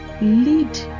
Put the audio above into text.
Lead